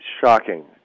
shocking